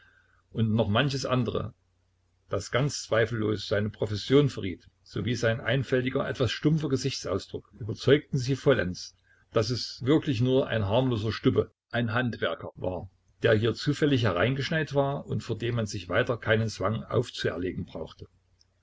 und noch manches andere das ganz zweifellos seine profession verriet sowie sein einfältiger etwas stumpfer gesichtsausdruck überzeugten sie vollends daß es wirklich nur ein harmloser stubbe handwerker war der hier zufällig hereingeschneit war und vor dem man sich weiter keinen zwang aufzuerlegen brauchte